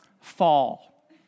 Fall